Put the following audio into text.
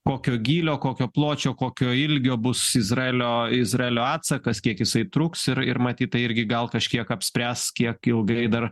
kokio gylio kokio pločio kokio ilgio bus izraelio izraelio atsakas kiek jisai truks ir ir matyt tai irgi gal kažkiek apspręs kiek ilgai dar